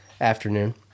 afternoon